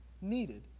needed